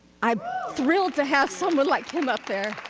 i'm thrilled to have someone like him up there.